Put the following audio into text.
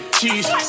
cheese